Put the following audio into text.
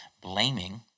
blaming